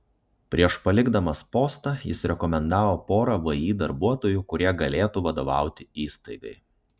prieš palikdamas postą jis rekomendavo porą vį darbuotojų kurie galėtų vadovauti įstaigai